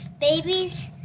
Babies